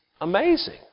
amazing